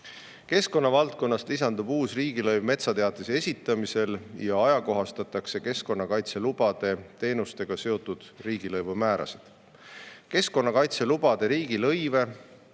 Keskkonnavaldkonnast lisandub uus riigilõiv metsateatise esitamisel ja ajakohastatakse keskkonnakaitselubade teenustega seotud riigilõivumäärasid. Keskkonnakaitselubade riigilõive